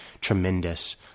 tremendous